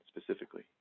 specifically